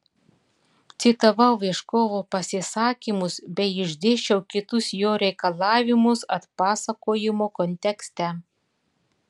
citavau ieškovo pasisakymus bei išdėsčiau kitus jo reikalavimus atpasakojimo kontekste